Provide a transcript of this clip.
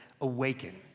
awaken